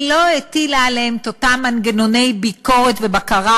היא לא הטילה עליהם את אותם מנגנוני ביקורת ובקרה